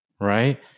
right